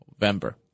November